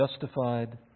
justified